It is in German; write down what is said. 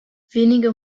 wenige